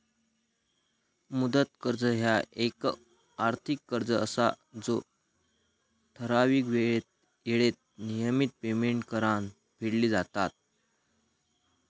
मुदत कर्ज ह्या येक आर्थिक कर्ज असा जा ठराविक येळेत नियमित पेमेंट्स करान फेडली जातत